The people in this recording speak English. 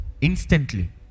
instantly